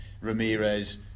Ramirez